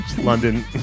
London